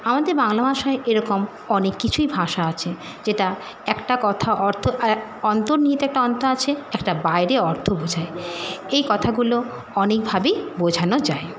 আমাদের বাংলা ভাষায় এরকম অনেক কিছুই ভাষা আছে যেটা একটা কথা অর্থ আর এক অন্তর্নিহিত একটা অন্ত আছে একটা বাইরে অর্থ বোঝায় এই কথাগুলো অনেকভাবেই বোঝানো যায়